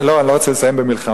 לא, אני לא רוצה לסיים במלחמה.